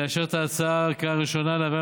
לאשר את ההצעה בקריאה ראשונה ולהעבירה